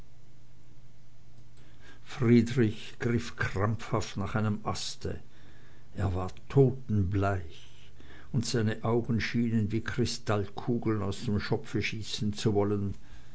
friedrich griff krampfhaft nach einem aste er war totenbleich und seine augen schienen wie kristallkugeln aus dem kopfe schießen zu wollen